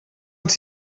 els